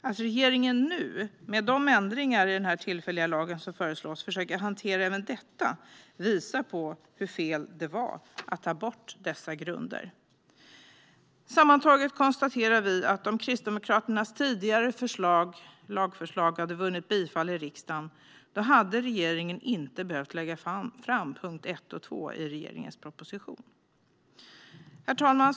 Att regeringen nu, med de ändringar i den tillfälliga lagen som föreslås, försöker hantera även detta visar på hur fel det var att ta bort dessa grunder. Sammantaget konstaterar vi att om Kristdemokraternas tidigare lagförslag hade vunnit bifall i riksdagen hade regeringen inte behövt lägga fram punkterna 1 och 2 i regeringens proposition. Herr talman!